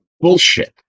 bullshit